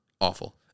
Awful